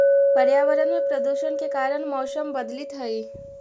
पर्यावरण में प्रदूषण के कारण मौसम बदलित हई